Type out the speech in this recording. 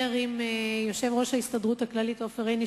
עם יושב-ראש ההסתדרות הכללית עופר עיני,